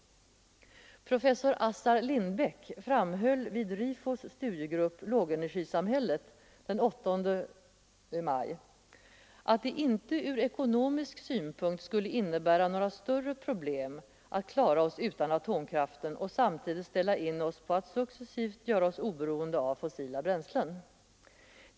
Professor Assar Lindbeck framhöll inför Rifos studiegrupp Lågenergisamhället den 8 maj att det inte från ekonomisk synpunkt skulle innebära några större problem att klara energiproblemet utan atomkraften och samtidigt ställa in oss på att successivt göra oss oberoende av fossila bränslen.